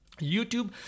YouTube